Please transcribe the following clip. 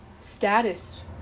status